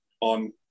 on